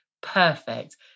perfect